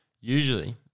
usually